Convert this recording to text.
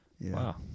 Wow